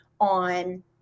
on